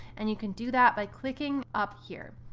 and you can do that by clicking up here.